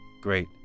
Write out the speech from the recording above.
great